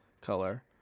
color